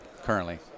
currently